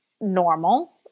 normal